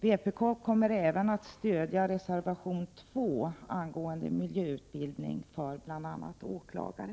Vpk kommer även att stödja reservation 2 angående miljöutbildning för bl.a. åklagare.